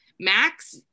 Max